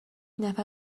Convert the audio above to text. نفر